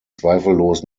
zweifellos